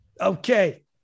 Okay